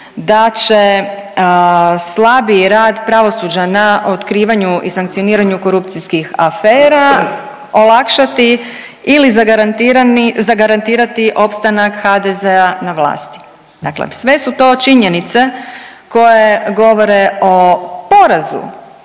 da će slabiji rad pravosuđa na otkrivanju i sankcioniranju korupcijskih afera olakšati ili zagarantirani, zagarantirati opstanak HDZ na vlasti. Dakle, sve su to činjenice koje govore o porazu